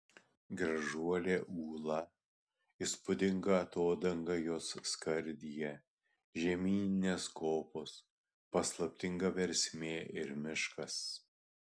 gražuolė ūla įspūdinga atodanga jos skardyje žemyninės kopos paslaptinga versmė ir miškas